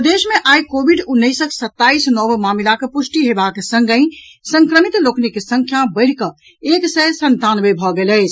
प्रदेश मे आइ कोविड उन्नैसक सत्ताईस नव मामिलाक पुष्टिक हेबाक संगहि संक्रमित लोकनिक संख्या बढ़िकऽ एक सय संतानवे भऽ गेल अछि